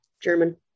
German